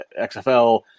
XFL